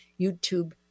YouTube